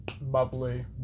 Bubbly